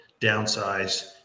downsize